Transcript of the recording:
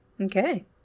Okay